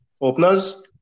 openers